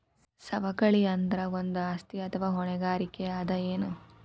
ಸವಕಳಿ ಅಂದ್ರ ಒಂದು ಆಸ್ತಿ ಅಥವಾ ಹೊಣೆಗಾರಿಕೆ ಅದ ಎನು?